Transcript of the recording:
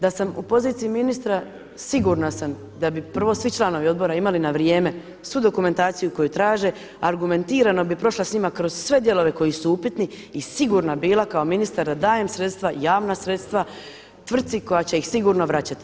Da sam u poziciji ministra sigurna sam da bi prvo svi članovi odbora imali na vrijeme svu dokumentaciju koju traže, argumentirano bi prošla s njima kroz sve dijelove koji su upitni i sigurna bila kao ministar da dajem sredstva javna sredstva tvrci koja će ih sigurno vraćati.